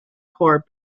corps